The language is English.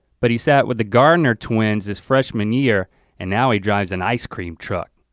but he sat with the gardner twins his freshman year and now he drives an ice cream truck.